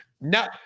No